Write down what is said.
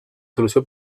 solució